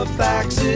facts